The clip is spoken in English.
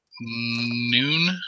noon